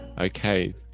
Okay